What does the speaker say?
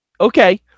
Okay